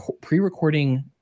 pre-recording